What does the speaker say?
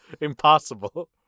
Impossible